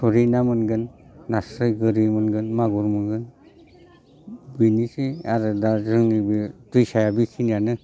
थुरि ना मोनगोन नास्राय गोरि मोनगोन मागुर मोनगोन बेनोसै आरो दा जोंनि बे दैसाया बेखिनियानो